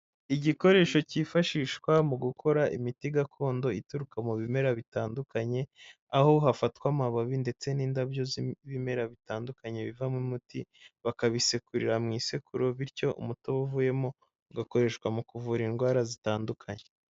Igikoresho cyifashishwa mu gukora imiti gakondo ituruka mu bimera bitandukanye, aho hafatwa amababi ndetse n'indabyo z'ibimera bitandukanye bivamo umuti, bakabisekurira mu isekuru bityo umuti uvuyemo ugakoreshwa mu kuvura indwara zitandukanye.